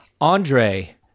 Andre